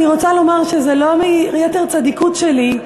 אני רוצה לומר שזה לא מיתר צדיקות שלי,